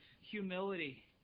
humility